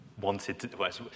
wanted